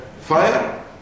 fire